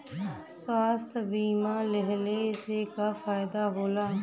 स्वास्थ्य बीमा लेहले से का फायदा होला?